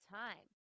time